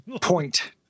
Point